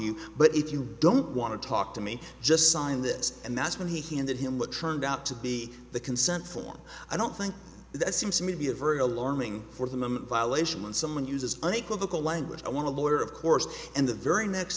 you but if you don't want to talk to me just sign this and that's when he handed him what turned out to be the consent form i don't think that seems to me to be a very alarming for the moment violation when someone uses an equivocal language i want to lawyer of course and the very next